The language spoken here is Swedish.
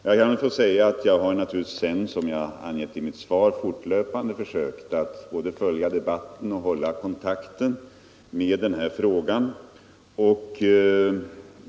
Som jag också har angivit i mitt svar har jag sedan fortlöpande försökt att följa debatten på detta område och hålla kontakten med de berörda.